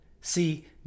See